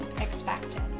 expected